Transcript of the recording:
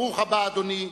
(מחיאות כפיים) ברוך הבא, אדוני,